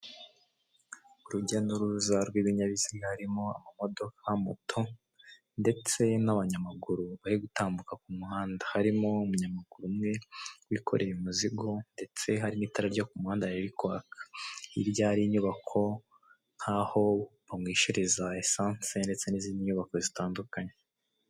urujya n'uruza rw'ibinyabiziga harimo amamodoka moto ndetse n'abanyamaguru barigutambuka mumuhanda harimo umunyamaguru umwe wikoreye umuzigo ndetse hari nitara ryo kumuhanda riri kwaka hirya hari inyubako nkaho banyweshereza esansi ndetse nizindi nyubako zitandukanye